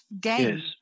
game